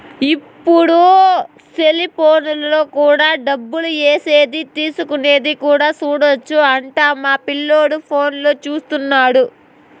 ఇప్పుడు సెలిపోనులో కూడా డబ్బులు ఏసేది తీసుకునేది కూడా సూడొచ్చు అంట మా పిల్లోడు ఫోనులో చూత్తన్నాడు